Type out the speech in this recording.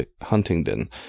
Huntingdon